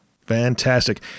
Fantastic